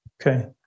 Okay